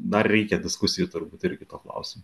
dar reikia diskusijų turbūt irgi tuo klausimu